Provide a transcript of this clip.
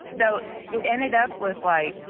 so it ended up with like,